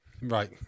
Right